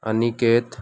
Aniket